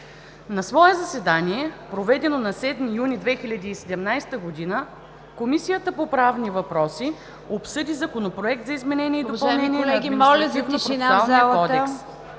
На свое заседание, проведено на 7 юни 2017 г., Комисията по правни въпроси обсъди Законопроект за изменение и допълнение на Административнопроцесуалния кодекс,